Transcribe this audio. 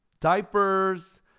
diapers